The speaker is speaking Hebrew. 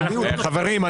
חברים,